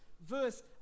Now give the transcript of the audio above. verse